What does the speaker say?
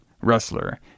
wrestler